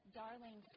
darling